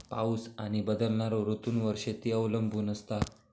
पाऊस आणि बदलणारो ऋतूंवर शेती अवलंबून असता